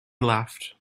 left